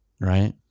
right